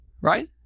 Right